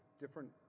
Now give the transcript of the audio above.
different